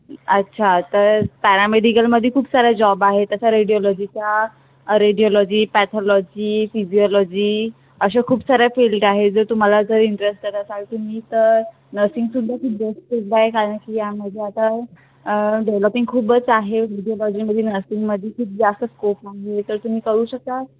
अच्छा तर पॅरामेडिकलमध्ये खूप साऱ्या जॉब आहेत असा रेडिओलॉजीच्या रेडिओलॉजी पॅथोलॉजी फिजिओलॉजी अशा खूप साऱ्या फील्ड आहे जर तुम्हाला जर इंटरेस्टेड असाल तुम्ही तर नर्सिंगसुद्धा कारण की यामध्ये आता डेव्हलपिंग खूपच आहे मध्ये नर्सिंगमध्ये खूप जास्त स्कोप आहे तर तुम्ही करू शकाल